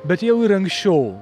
bet jau ir anksčiau